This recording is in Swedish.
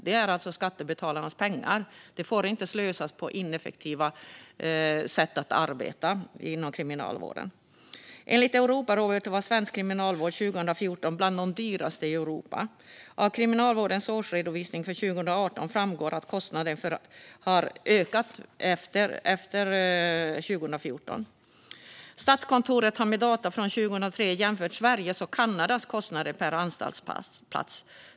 Det är skattebetalarnas pengar, och de får inte slösas på ineffektiva sätt att arbeta inom kriminalvården. Enligt Europarådet var svensk kriminalvård 2014 bland de dyraste i Europa. Av Kriminalvårdens årsredovisning för 2018 framgår dessutom att kostnaderna har ökat efter 2014. Statskontoret har med data från 2003 jämfört Sveriges och Kanadas kostnader per anstaltsplats.